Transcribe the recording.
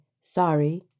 Sorry